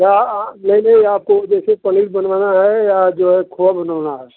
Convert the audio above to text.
क्या आँ नहीं नहीं आपको जैसे पनीर बनवाना है या जो है खोआ बनवाना है